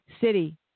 city